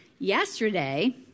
Yesterday